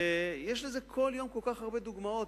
ויש לזה כל יום כל כך הרבה דוגמאות.